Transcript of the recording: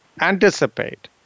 anticipate